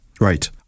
Right